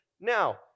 Now